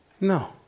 No